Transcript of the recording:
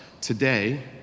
today